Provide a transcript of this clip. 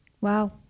Wow